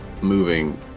moving